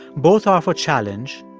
both offer challenge.